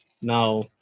Now